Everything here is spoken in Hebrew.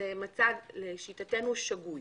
זה מצב לשיטתנו שגוי.